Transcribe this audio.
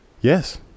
Yes